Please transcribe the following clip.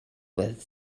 with